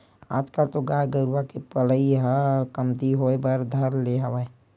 आजकल तो गाय गरुवा के पलई ह कमती होय बर धर ले हवय